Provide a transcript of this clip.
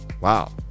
Wow